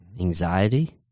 anxiety